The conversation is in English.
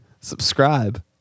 Subscribe